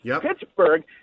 Pittsburgh